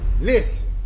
Listen